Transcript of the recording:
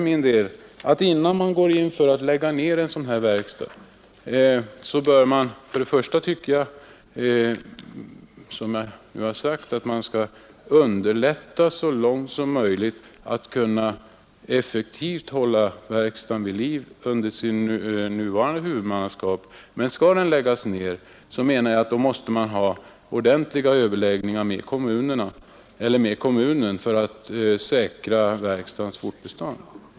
Innan man beslutar lägga ned en sådan här verkstad bör man, som jag nu har sagt, så långt som möjligt undersöka förutsättningarna att hålla verkstaden vid liv under dess nuvarande huvudmannaskap. Men finner man att det inte går måste man ta upp överläggningar med kommunen för att säkra verkstadens fortbestånd.